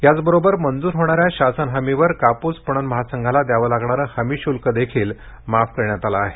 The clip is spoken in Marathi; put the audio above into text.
याचबरोबर मंजूर होणाऱ्या शासन हमीवर काप्स पणन महासंघास दयावे लागणाऱे हमी श्ल्क देखील माफ करण्यात आले आहे